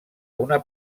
una